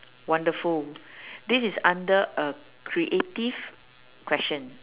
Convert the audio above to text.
wonderful this is under a creative question